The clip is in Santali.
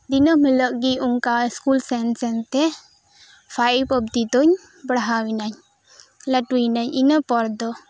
ᱫᱤᱱᱟᱹᱢ ᱦᱤᱞᱳᱜ ᱜᱮ ᱚᱱᱠᱟ ᱥᱠᱩᱞ ᱥᱮᱱ ᱥᱮᱱ ᱛᱮ ᱯᱷᱟᱭᱤᱵ ᱚᱵᱽᱫᱤ ᱫᱚᱧ ᱯᱟᱲᱦᱟᱣ ᱤᱱᱟᱹᱧ ᱞᱟᱹᱴᱩᱭᱤᱱᱟᱹᱧ ᱤᱱᱟᱹ ᱯᱚᱨ ᱫᱚ